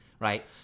Right